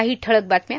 काही ठळक बातम्या